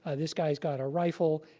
ah this guy's got a rifle.